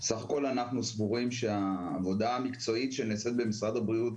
סך הכל אנחנו סבורים שהעבודה המקצועית שנעשית במשרד הבריאות